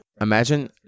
imagine